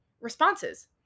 responses